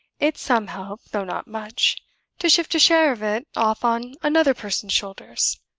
it's some help though not much to shift a share of it off on another person's shoulders.